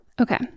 okay